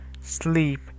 sleep